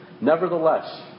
Nevertheless